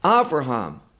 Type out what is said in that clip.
Abraham